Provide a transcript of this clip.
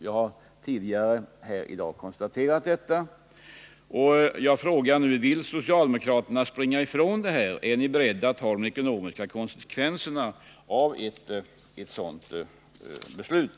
Jag har tidigare i dag kompletterat detta, och jag frågar nu: Vill socialdemokraterna springa ifrån detta? Är ni beredda att ta de ekonomiska konsekvenserna av ett sådant beslut?